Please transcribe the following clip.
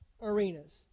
arenas